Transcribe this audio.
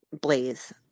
Blaze